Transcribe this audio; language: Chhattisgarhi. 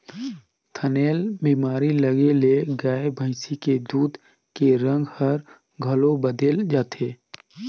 थनैल बेमारी लगे ले गाय भइसी के दूद के रंग हर घलो बदेल जाथे